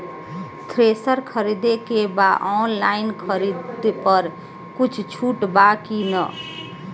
Thresher खरीदे के बा ऑनलाइन खरीद पर कुछ छूट बा कि न?